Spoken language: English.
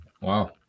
Wow